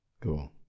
Cool